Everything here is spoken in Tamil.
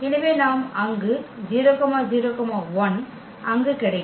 எனவே நாம் அங்கு 0 0 1 அங்கு கிடைக்கும்